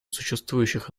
существующих